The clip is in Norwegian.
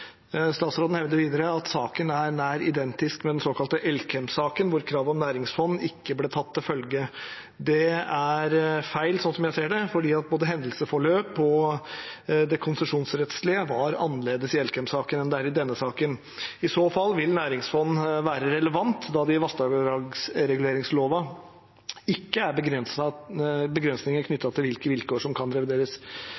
Statsråden hevder videre at saken er nær identisk med den såkalte Elkem-saken, hvor kravet om næringsfond ikke ble tatt til følge. Det er feil sånn jeg ser det, for både hendelsesforløp og det konsesjonsrettslige var annerledes i Elkem-saken enn det er i denne saken. I så fall vil næringsfond være relevant, da det i vassdragsreguleringslova ikke er begrensninger